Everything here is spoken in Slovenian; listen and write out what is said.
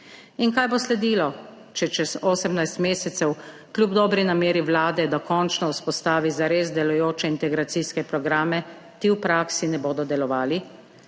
In kaj bo sledilo, če čez 18 mesecev kljub dobri nameri Vlade, da končno vzpostavi zares delujoče integracijske programe, ti v praksi ne bodo delovali?